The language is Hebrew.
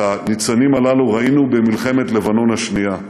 את הניצנים הללו ראינו במלחמת לבנון השנייה.